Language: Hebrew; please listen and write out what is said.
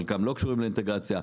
חלקם לא קשורים לאינטגרציה.